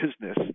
business